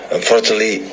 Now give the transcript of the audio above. Unfortunately